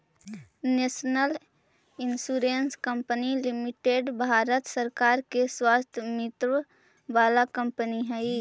national insurance company limited Bharat सरकार के स्वामित्व वाला कंपनी हई